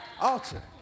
Altar